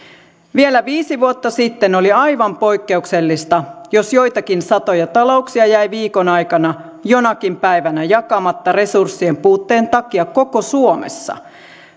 vielä viisi vuotta sitten oli aivan poikkeuksellista jos joitakin satoja talouksia jäi viikon aikana jonakin päivänä jakamatta resurssien puutteen takia koko suomessa